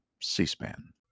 C-SPAN